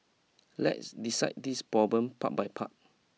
let's decide this problem part by part